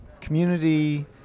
community